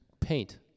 paint